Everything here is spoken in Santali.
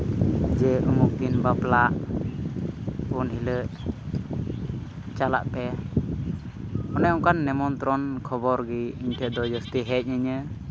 ᱡᱮ ᱩᱢᱩᱠ ᱫᱤᱱ ᱵᱟᱯᱞᱟ ᱩᱱ ᱦᱤᱞᱳᱜ ᱪᱟᱞᱟᱜ ᱯᱮ ᱚᱱᱮ ᱚᱱᱠᱟᱱ ᱱᱮᱢᱚᱱᱛᱨᱚᱱ ᱠᱷᱚᱵᱚᱨᱜᱮ ᱤᱧ ᱴᱷᱮᱱ ᱫᱚ ᱡᱟᱹᱥᱛᱤ ᱦᱮᱡ ᱟᱹᱧᱟᱹ